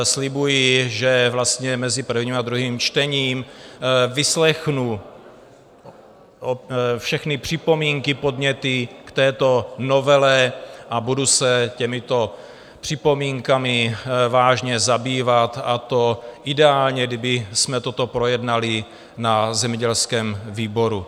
Slibuji, že vlastně mezi prvním a druhým čtením vyslechnu všechny připomínky, podněty k této novele a budu se těmito připomínkami vážně zabývat, a to ideálně kdybychom toto projednali na zemědělském výboru.